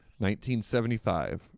1975